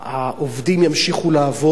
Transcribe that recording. העובדים ימשיכו לעבוד,